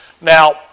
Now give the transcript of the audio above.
Now